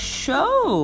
show